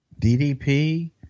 DDP